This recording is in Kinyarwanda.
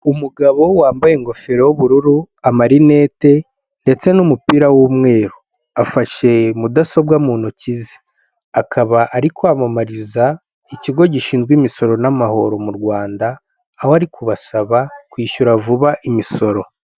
Umugabo wambaye ingofero y'ubururu amarinete ndetse n'umupira w'umweru, afashe mudasobwa mu ntoki ze akaba ari kwamamariza ikigo gishinzwe imisoro n'amahoro mu Rwanda, aho ari kubasaba kwishyura vuba imisoro.